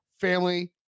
family